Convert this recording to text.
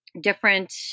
different